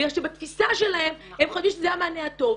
בגלל שבתפיסה שלהן הן חושבות שזה המענה הטוב.